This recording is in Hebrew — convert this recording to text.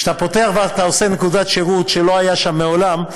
כשאתה פותח ואתה עושה נקודת שירות שלא הייתה שם מעולם,